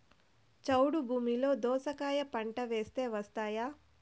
చౌడు భూమిలో దోస కాయ పంట వేస్తే వస్తాయా?